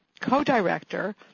co-director